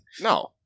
no